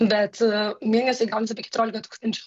bet mėnesiui gaunasi apie keturiolika tūkstančių